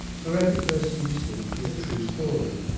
for every person you see is a true story,